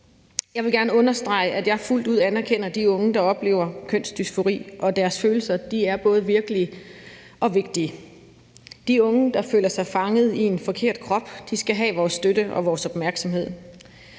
Jeg vil gerne understrege, at jeg fuldt ud anerkender de unge, der oplever kønsdysfori, og deres følelser er både virkelige og vigtige. De unge, der føler sig fanget en forkert krop, skal have vores støtte og vores opmærksomhed.